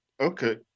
okay